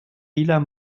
dealer